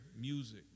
music